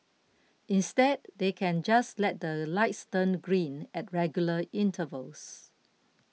instead they can just let the lights turn green at regular intervals